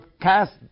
cast